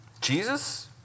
Jesus